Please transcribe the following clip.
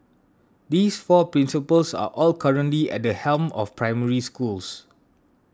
these four principals are all currently at the helm of Primary Schools